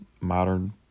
modern